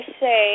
say